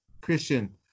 Christian